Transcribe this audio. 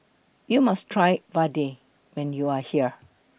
YOU must Try Vadai when YOU Are here